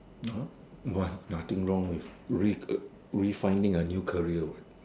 uh why nothing wrong with re~ uh refining a new career what